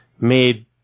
Made